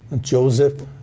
Joseph